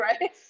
right